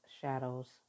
shadows